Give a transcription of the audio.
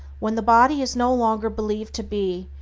when the body is no longer believed to be,